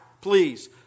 please